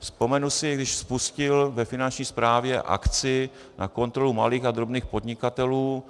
Vzpomenu si, když spustil ve Finanční správě akci na kontrolu malých a drobných podnikatelů.